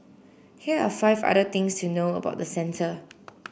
here are five other things to know about the centre